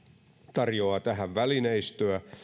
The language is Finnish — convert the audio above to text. tarjoaa tähän välineistöä